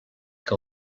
que